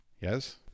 Yes